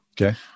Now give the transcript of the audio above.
Okay